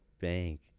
bank